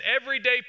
everyday